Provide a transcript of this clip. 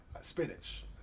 Spinach